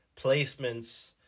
placements